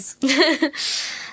Yes